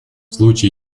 случае